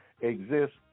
exists